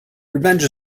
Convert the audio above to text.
revenge